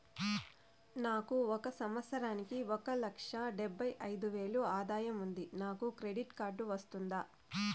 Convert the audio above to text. నాకు ఒక సంవత్సరానికి ఒక లక్ష డెబ్బై అయిదు వేలు ఆదాయం ఉంది నాకు క్రెడిట్ కార్డు వస్తుందా?